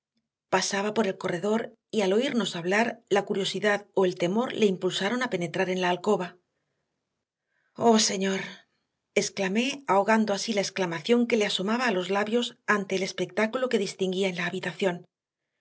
pasaba por el corredor y al oírnos hablar la curiosidad o el temor le impulsaron a penetrar en la alcoba oh señor exclamé ahogando así la exclamación que le asomaba a los labios ante el espectáculo que distinguía en la habitación